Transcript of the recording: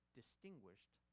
distinguished